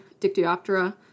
Dictyoptera